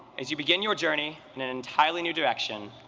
as you begin your journey and in entirely new directions,